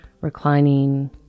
reclining